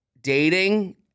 dating